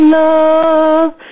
love